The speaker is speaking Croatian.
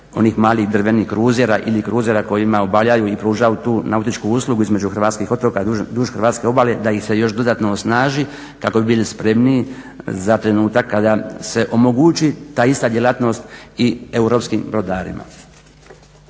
onih malih drvenih kruzera ili kruzera kojima obavljaju i pružaju tu nautičku uslugu između hrvatskih otoka i duž hrvatske obale da ih se još dodatno osnaži kako bi bili spremniji za trenutak kada se omogući ta ista djelatnost i europskim brodarima.